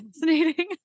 fascinating